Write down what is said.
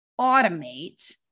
automate